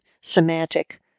semantic